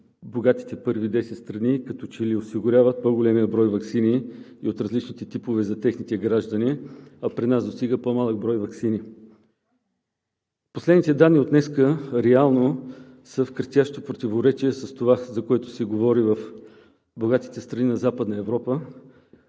богатите първи десет страни като че ли осигуряват по-големия брой ваксини и от различните типове за техните граждани, а при нас достигат по-малък брой ваксини. Последните данни от преди ден реално са в крещящо противоречие с това, за което се говори в богатите страни на Западна Европа.